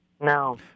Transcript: No